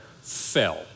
fell